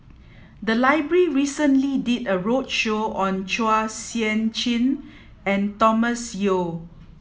the library recently did a roadshow on Chua Sian Chin and Thomas Yeo